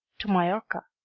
to majorca,